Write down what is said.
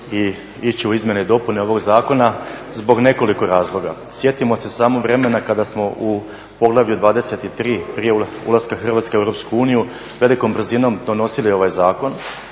u izmjene i dopune ovog zakona zbog nekoliko razloga. Sjetimo se samo vremena kada smo u poglavlju 23. prije ulaska Hrvatske u Europsku uniju velikom brzinom donosili ovaj zakon,